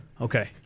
Okay